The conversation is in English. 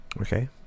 Okay